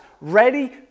ready